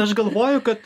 aš galvoju kad